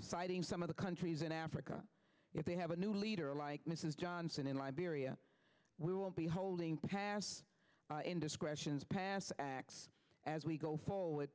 citing some of the countries in africa if they have a new leader like mrs johnson in liberia we will be holding past indiscretions past acts as we go forward